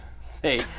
say